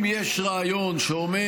אם יש רעיון שאומר: